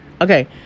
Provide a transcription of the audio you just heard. Okay